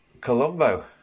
Colombo